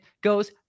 goes